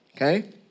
okay